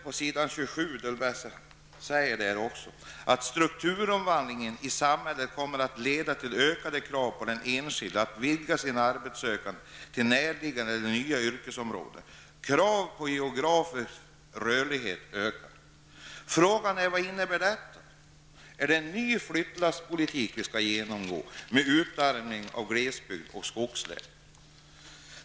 På s.27 i bil. 12 står: ''Strukturomvandlingen i samhället kommer att leda till ökade krav på den enskilde att vidga sitt arbetssökande till närliggande eller nya yrkesområden. Kraven på geografisk rörlighet ökar.'' Frågan är vad detta innebär. Skall vi genomgå en ny flyttlasspolitik med en utarmning av glesbygd och skogslän?